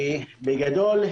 בגדול,